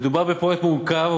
מדובר בפרויקט מורכב,